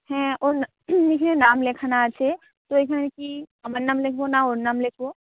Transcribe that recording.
হ্যাঁ ওর নাম লেখানো আছে ওইখানে কি আমার নাম লিখবো না ওর নাম লিখবো